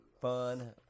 fun